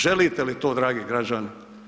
Želite li to dragi građani?